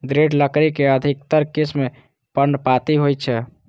दृढ़ लकड़ी के अधिकतर किस्म पर्णपाती होइ छै